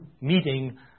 meeting